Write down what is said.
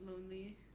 lonely